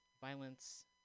violence